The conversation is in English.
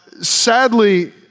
sadly